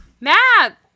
Matt